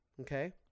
okay